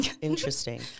Interesting